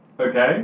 Okay